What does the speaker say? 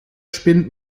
spinnt